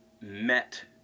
met